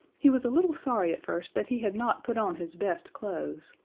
he was a little sorry at first that he had not put on his best clothes,